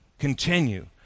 continue